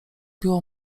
biło